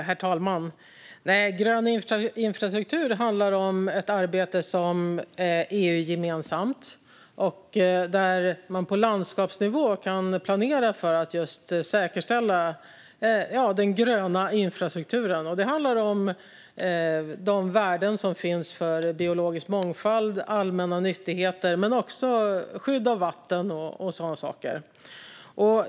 Herr talman! Grön infrastruktur handlar om ett arbete som är EU-gemensamt, där man på landskapsnivå kan planera för att säkerställa den gröna infrastrukturen. Det handlar om värden som biologisk mångfald och allmänna nyttigheter, men också om skydd av vatten och sådana saker.